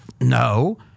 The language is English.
No